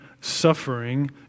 suffering